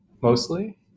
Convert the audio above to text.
mostly